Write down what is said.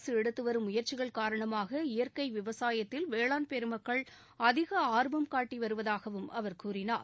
அரசு எடுத்து வரும் முயற்சிகள் காரணமாக இயற்கை விவசாயத்தில் வேளாண் பெருமக்கள் அதிக ஆர்வம் காட்டிவருவதாகவும் அவர் கூறினார்